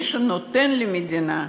מי שנותן למדינה,